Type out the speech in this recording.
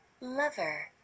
lover